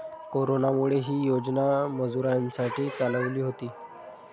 कोरोनामुळे, ही योजना मजुरांसाठी चालवली होती